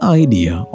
idea